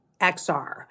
XR